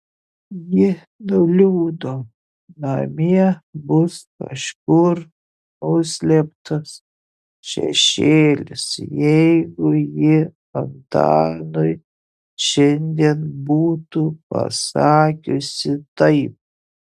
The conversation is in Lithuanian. ji nuliūdo namie bus kažkur nuslėptas šešėlis jeigu ji antanui šiandien būtų pasakiusi taip